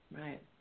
Right